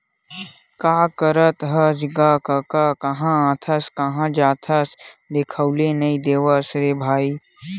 का करत हस गा कका काँहा आथस काँहा जाथस दिखउले नइ देवस रे भई?